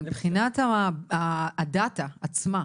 אבל מבינת ה- data עצמה,